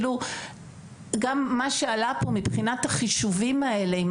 מה שעלה כאן מבחינת החישובים האלה עם